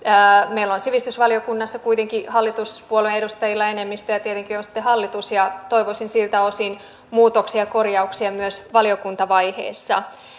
meillä on sivistysvaliokunnassa kuitenkin hallituspuolueiden edustajilla enemmistö ja tietenkin on sitten hallitus ja toivoisin siltä osin muutoksia ja korjauksia myös valiokuntavaiheessa